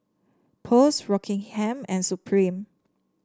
Post Rockingham and Supreme